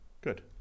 good